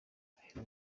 ahera